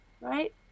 right